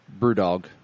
BrewDog